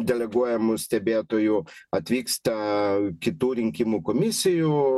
deleguojamų stebėtojų atvyksta kitų rinkimų komisijų